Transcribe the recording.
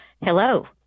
Hello